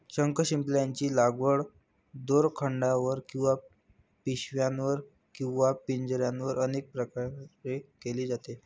शंखशिंपल्यांची लागवड दोरखंडावर किंवा पिशव्यांवर किंवा पिंजऱ्यांवर अनेक प्रकारे केली जाते